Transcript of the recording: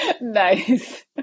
Nice